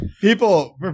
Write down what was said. people